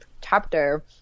chapter